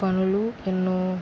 పనులు ఎన్నో